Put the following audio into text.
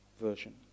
version